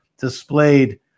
displayed